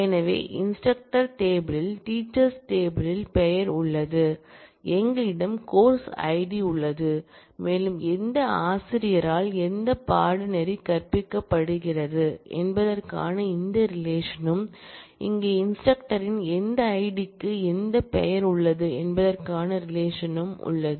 எனவே instructor table யில் teachers table யில் பெயர் உள்ளது எங்களிடம் கோர்ஸ் ஐடி உள்ளது மேலும் எந்த ஆசிரியரால் எந்த பாடநெறி கற்பிக்கப்படுகிறது என்பதற்கான இந்த ரிலேஷன் ம் இங்கே இன்ஸ்டிரக்டரின் எந்த ஐடிக்கு எந்த பெயர் உள்ளது என்பதற்கான ரிலேஷன் உள்ளது